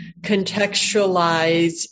contextualize